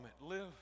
Live